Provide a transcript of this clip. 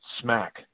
smack